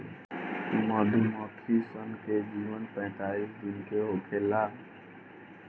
मधुमक्खी सन के जीवन पैतालीस दिन के होखेला